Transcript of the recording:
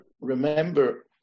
remember